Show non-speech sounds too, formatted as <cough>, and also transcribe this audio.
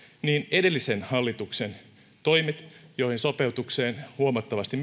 edellisen hallituksen toimet joissa sopeutukseen huomattavasti <unintelligible>